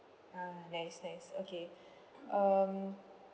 ah nice nice okay um